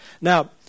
Now